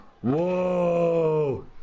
whoa